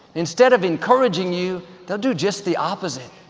instead of encouraging you, they'll do just the opposite.